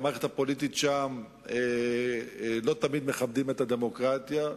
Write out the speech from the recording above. במערכת הפוליטית שם לא תמיד מכבדים את הדמוקרטיה,